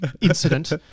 incident